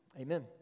Amen